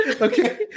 Okay